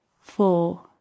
Four